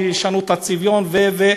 וישנו את הצביון וכו'